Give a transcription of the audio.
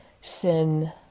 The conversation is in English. sin